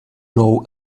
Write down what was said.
know